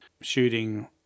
shooting